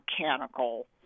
mechanical